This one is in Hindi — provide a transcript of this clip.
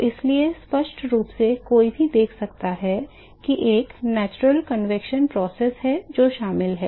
तो इसलिए स्पष्ट रूप से कोई भी देख सकता है कि एक प्राकृतिक संवहन प्रक्रिया है जो शामिल है